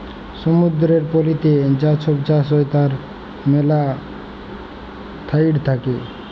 সমুদ্দুরের পলিতে যা ছব চাষ হ্যয় তার ম্যালা ম্যাথড থ্যাকে